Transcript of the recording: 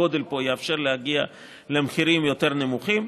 הגודל פה יאפשר להגיע למחירים יותר נמוכים.